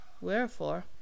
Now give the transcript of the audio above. Wherefore